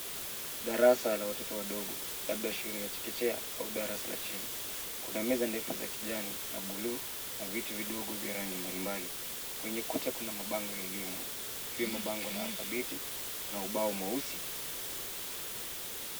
Darasa la watoto labda shule ya chekechea au darasa la chini. Kuna meza ndefu za kijani na bluu na viti vidogo vya rangi mbalimbali .Kwenye kuta kuna mabango ya elimu, pia mabango ya alfabeti na ubao mweusi.